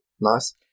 Nice